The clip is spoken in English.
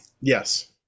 Yes